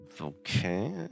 Okay